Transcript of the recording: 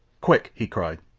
quick! he cried.